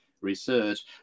research